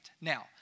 Now